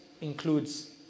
includes